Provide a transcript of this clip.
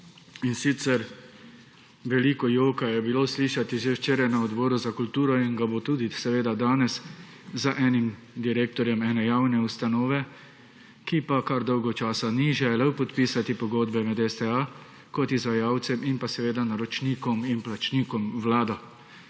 In sicer veliko joka je bilo slišati že včeraj na Odboru za kulturo in ga bo tudi danes za enim direktorjem ene javne ustanove, ki pa kar dolgo časa ni želel podpisati pogodbe med STA kot izvajalcem in naročnikom in plačnikom Vlada.